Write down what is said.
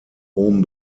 oben